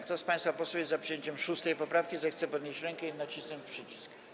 Kto z państwa posłów jest za przyjęciem 6. poprawki, zechce podnieść rękę i nacisnąć przycisk.